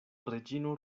reĝino